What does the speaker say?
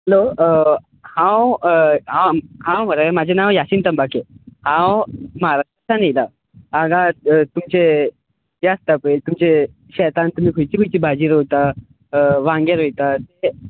hello हांव हांव हांव मरे म्हजे नांव यासीन तंबाके हांव महाराष्ट्रांतल्यान येला हांगा तुमचे हे आसता पळय तुमचे शेतान तुमी खंयची खंयची भाजी रोयता वांगे रोयता ते